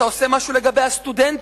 אתה עושה משהו לגבי הסטודנטים,